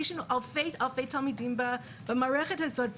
יש לנו אלפי תלמידים במערכת הזאת,